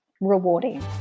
rewarding